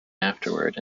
afterward